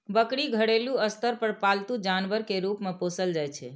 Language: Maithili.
बकरी घरेलू स्तर पर पालतू जानवर के रूप मे पोसल जाइ छै